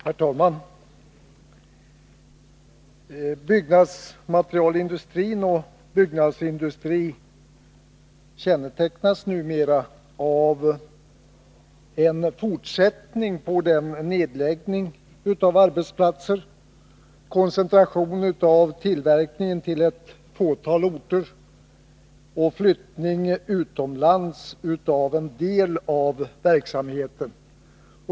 Herr talman! Byggnadsmaterialindustrin kännetecknas av en fortsatt nedläggning av arbetsplatser, koncentration av tillverkningen till ett fåtal orter och flyttning utomlands av en del av verksamheten.